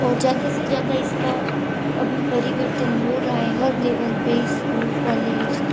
और ज़्यादा से ज़्यादा इसका अभी परिवर्तन हो रहा है हर लेवल पर स्कूल कॉलेज